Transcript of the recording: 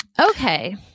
Okay